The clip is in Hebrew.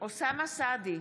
אוסאמה סעדי,